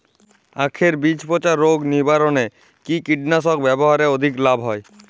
আঁখের বীজ পচা রোগ নিবারণে কি কীটনাশক ব্যবহারে অধিক লাভ হয়?